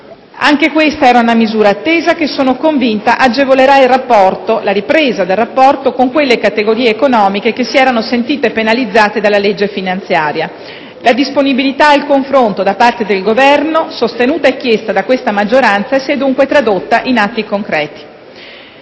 Anche questa era una misura attesa che, sono convinta, agevolerà la ripresa del rapporto con quelle categorie economiche che si erano sentite penalizzate dalla legge finanziaria. La disponibilità al confronto la parte del Governo, sostenuta e chiesta da questa maggioranza, si è dunque tradotta in atti concreti.